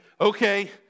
okay